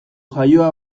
jaioa